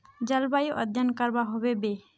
जलवायु अध्यन करवा होबे बे?